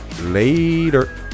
later